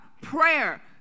prayer